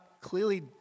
clearly